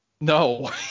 No